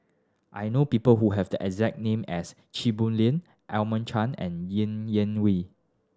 I know people who have the exact name as Chia Boon Leong Edmund Cheng and Ng Yak Whee